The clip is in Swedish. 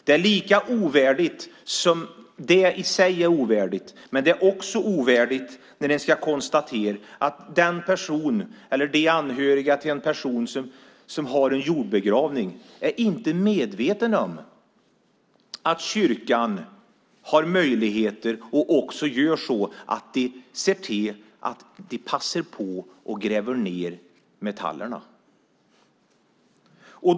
Det i sig är ovärdigt, men det är också ovärdigt att konstatera att de anhöriga till en person som jordbegravs inte är medvetna om att kyrkan har möjlighet, och också gör det, att passa på att gräva ned metallerna.